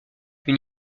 une